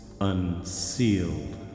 unsealed